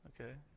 Okay